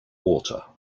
water